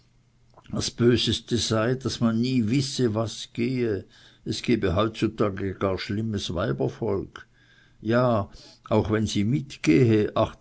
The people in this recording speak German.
das böseste sei daß man nie wisse was gehe es gebe heutzutage gar schlimmes weibervolk ja auch wenn sie